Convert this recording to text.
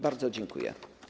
Bardzo dziękuję.